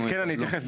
אני אתייחס.